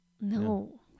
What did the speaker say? no